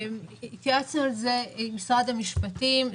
התייעצנו על זה עם משרד המשפטים.